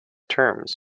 terms